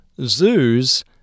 zoos